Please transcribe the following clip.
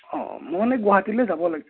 অঁ মোৰ মানে গুৱাহাটীলৈ যাব লাগিছিল